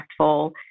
impactful